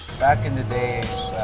back in the days,